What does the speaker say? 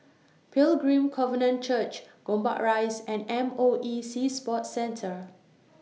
Pilgrim Covenant Church Gombak Rise and M O E Sea Sports Centre